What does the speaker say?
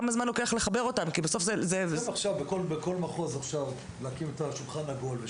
זה עכשיו בכל מחוז אפשר להקים את השולחן העגול,